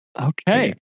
Okay